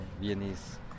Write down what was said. Viennese